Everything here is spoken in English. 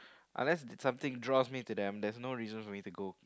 unless something draws me to them there's no reason for me to go